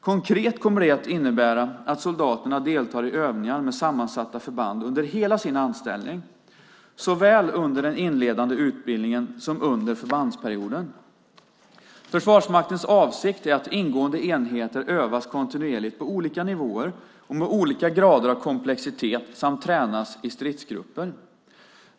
Konkret kommer det att innebära att soldaterna deltar i övningar med sammansatta förband under hela sin anställning, såväl under den inledande utbildningen som under förbandsperioden. Försvarsmaktens avsikt är att ingående enheter övas kontinuerligt på olika nivåer och med olika grader av komplexitet samt tränas i stridsgrupper.